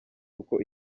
uko